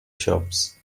shops